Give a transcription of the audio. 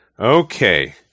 Okay